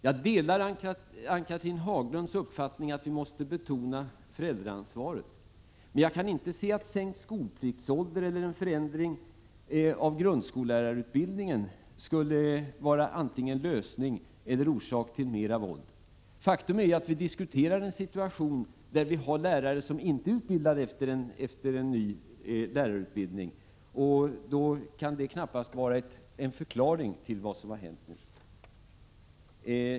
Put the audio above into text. Jag delar Ann-Cathrine Haglunds uppfattning att man måste betona föräldraansvaret, men jag kan inte se att en sänkt skolpliktsålder eller en förändring av grundskollärarnas utbildning skulle vara antingen en lösning eller en orsak till mera våld. Faktum är att vi nu diskuterar en situation, där det finns lärare som inte är utbildade enligt den nya lärarutbildningen, så den kan knappast vara en förklaring till vad som har hänt.